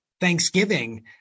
Thanksgiving